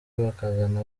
bakazana